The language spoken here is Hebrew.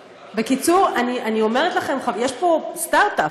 גם, בקיצור, אני אומרת לכם, יש פה סטרט-אפ.